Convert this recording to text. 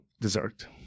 dessert